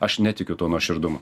aš netikiu tuo nuoširdumu